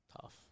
Tough